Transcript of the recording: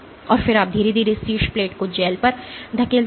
और फिर आप धीरे धीरे शीर्ष प्लेट को जेल पर धकेलते हैं